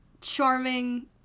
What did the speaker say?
charming